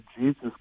Jesus